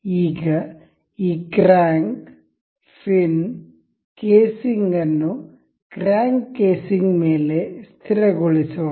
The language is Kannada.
ಈಗ ಈ ಕ್ರ್ಯಾಂಕ್ ಫಿನ್ ಕೇಸಿಂಗ್ ಅನ್ನು ಕ್ರ್ಯಾಂಕ್ ಕೇಸಿಂಗ್ ಮೇಲೆ ಸ್ಥಿರಗೊಳಿಸೋಣ